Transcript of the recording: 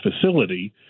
facility